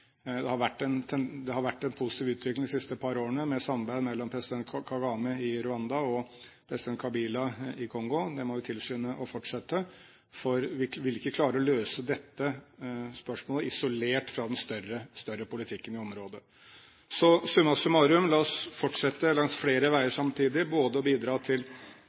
Det har vært en positiv utvikling de siste par årene med samarbeid mellom president Kagame i Rwanda og president Kabila i Kongo. Det må vi tilskynde til å fortsette, for vi vil ikke klare å løse dette spørsmålet isolert fra den større politikken i området. Så summa summarum: La oss fortsette langs flere veier samtidig, både å bidra til